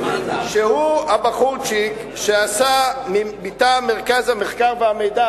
שהוא הבחורצ'יק שעשה מטעם מרכז המחקר והמידע,